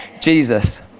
Jesus